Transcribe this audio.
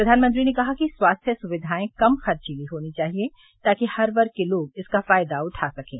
प्रधानमंत्री ने कहा कि स्वास्थ्य सुविधाएं कम ख़र्चीली होनी चाहिये ताकि हर वर्ग के लोग इसका फ़ायदा उठा सकें